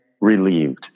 Relieved